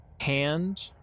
hand